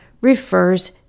refers